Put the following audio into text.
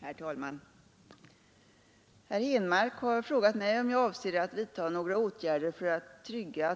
Herr talman! Herr Henmark har frågat mig om jag avser att vidta några åtgärder för att trygga